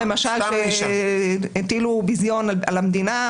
למשל הטילו ביזיון על המדינה,